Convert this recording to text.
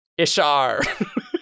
Ishar